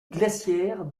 glaciaire